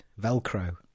velcro